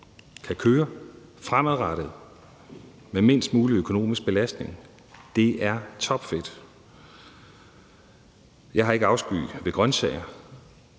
kan køre med mindst mulig økonomisk belastning. Det er topfedt. Jeg har ikke afsky ved grønsager,